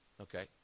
okay